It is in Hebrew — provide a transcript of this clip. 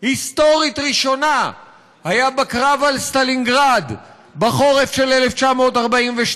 היסטורית ראשונה היה בקרב על סטלינגרד בחורף של 1942,